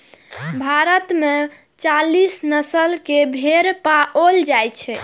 भारत मे चालीस नस्ल के भेड़ पाओल जाइ छै